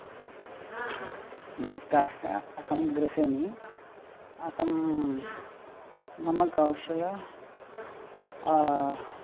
नमस्कारः अहं गृहिणी अहं मम कौशलः